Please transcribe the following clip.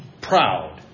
proud